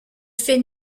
fait